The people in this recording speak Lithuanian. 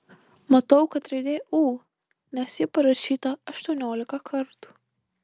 matau kad raidė ū nes ji parašyta aštuoniolika kartų